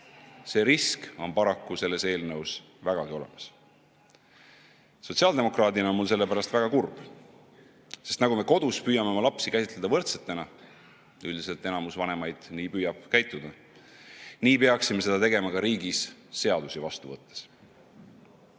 See risk on paraku selles eelnõus vägagi olemas. Sotsiaaldemokraadina olen ma selle pärast väga kurb, sest nagu me kodus püüame oma lapsi käsitleda võrdsena – üldiselt enamik vanemaid püüab nii käituda –, nii peaksime seda tegema ka riigis seadusi vastu võttes.